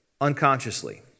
unconsciously